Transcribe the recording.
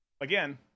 Again